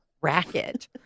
Racket